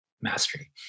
mastery